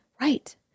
right